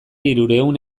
hirurehun